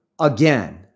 again